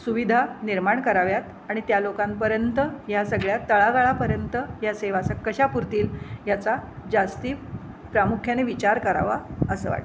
सुविधा निर्माण कराव्यात आणि त्या लोकांपर्यंत या सगळ्या तळागाळापर्यंत या सेवा कशा पुरतील ह्याचा जास्त प्रामुख्याने विचार करावा असं वाटतं